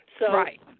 Right